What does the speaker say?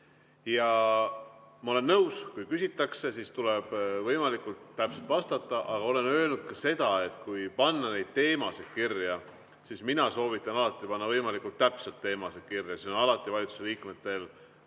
Ja ma olen nõus, et kui küsitakse, siis tuleb võimalikult täpselt vastata. Aga olen öelnud ka seda, et kui panna neid teemasid kirja, siis mina soovitan alati panna võimalikult täpselt teemad kirja, sest siis on valitsuse liikmetel palju